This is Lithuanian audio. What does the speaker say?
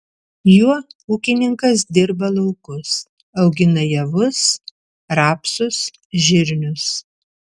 juo ūkininkas dirba laukus augina javus rapsus žirnius